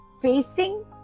facing